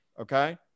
Okay